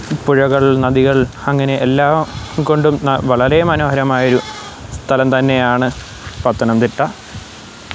പുഴകള് നദികള് അങ്ങനെ എല്ലാം കൊണ്ടും വളരേ മനോഹരമായൊരു സ്ഥലം തന്നെയാണ് പത്തനംതിട്ട